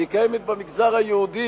היא קיימת במגזר היהודי,